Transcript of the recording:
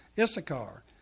Issachar